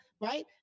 right